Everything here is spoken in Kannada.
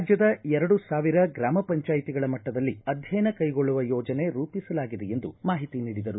ರಾಜ್ಯದ ಎರಡು ಸಾವಿರ ಗ್ರಾಮ ಪಂಚಾಯಿತಿಗಳ ಮಟ್ಟದಲ್ಲಿ ಅಧ್ಯಯನ ಕೈಗೊಳ್ಳುವ ಯೋಜನೆ ರೂಪಿಸಲಾಗಿದೆ ಎಂದು ಮಾಹಿತಿ ನೀಡಿದರು